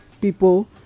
people